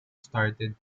started